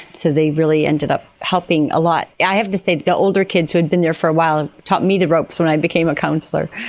so they really ended up helping a lot. i have to say that the older kids who had been there for a while taught me the ropes when i became a councillor.